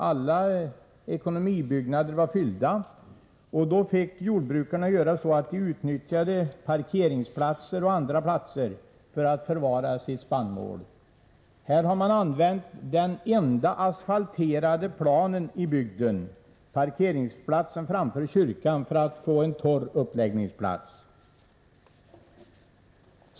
Alla ekonomibyggnader var fyllda, och då fick jordbrukarna utnyttja parkeringsplatser o. d. för att förvara spannmålen. Bilden visar hur man använder den enda asfalterade planen i bygden, parkeringsplatsen framför kyrkan, för att få en torr uppläggningsplats.